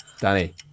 Danny